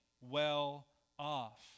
well-off